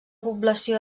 població